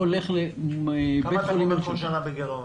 או הולך לבית חולים --- באיזה גירעון